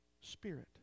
spirit